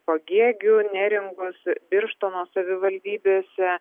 pagėgių neringos birštono savivaldybėse